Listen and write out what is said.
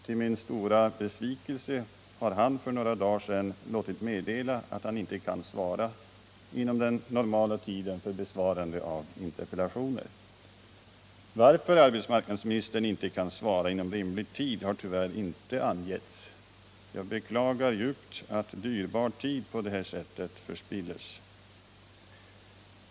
Till min stora besvikelse har han för några dagar sedan låtit meddela att han inte kan svara inom den normala tiden för besvarande av interpellationer. Varför arbetsmarknadsministern inte kan svara inom rimlig tid har tyvärr inte angetts. Jag beklagar djupt att dyrbar tid på detta sätt förspills.